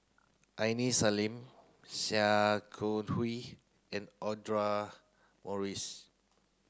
Aini Salim Sia Kah Hui and Audra Morrice